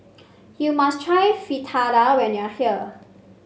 you must try Fritada when you are here